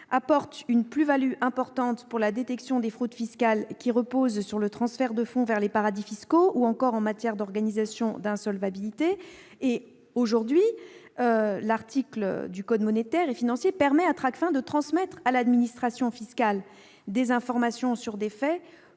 apporte une plus-value importante pour la détection des fraudes fiscales qui reposent sur le transfert de fonds vers les paradis fiscaux, ou encore en matière d'organisation d'insolvabilité ». Aujourd'hui, le code monétaire et financier permet à TRACFIN de transmettre à l'administration fiscale des informations sur des faits